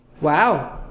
Wow